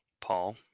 paul